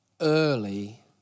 early